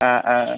ஆ ஆ